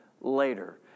later